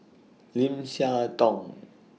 Lim Siah Tong